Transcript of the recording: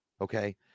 Okay